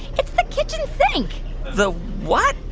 it's the kitchen sink the what?